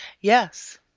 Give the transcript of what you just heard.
Yes